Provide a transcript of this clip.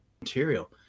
material